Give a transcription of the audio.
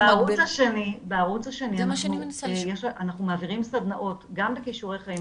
בערוץ השני אנחנו מעבירים סדנאות גם בכישורי חיים,